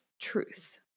truth